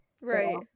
right